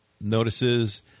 notices